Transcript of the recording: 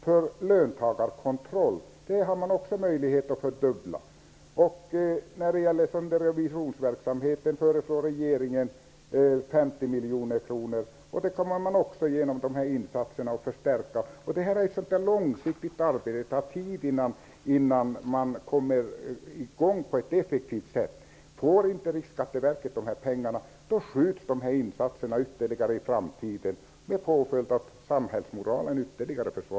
Där finns det också möjligheter till fördubbling. När det gäller revisionsverksamheten föreslår regeringen att 50 miljoner skall anslås. Genom nämnda insatser blir det en förstärkning. Det är alltså fråga om ett långsiktigt arbete. Det tar tid innan man kommer i gång på ett effektivt sätt. Om Riksskatteverket inte får sina pengar måste man skjuta sådana här insatser ytterligare framåt i tiden, med en ännu mera försvagad samhällsmoral som följd.